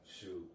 Shoot